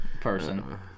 Person